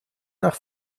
nach